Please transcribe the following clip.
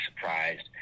surprised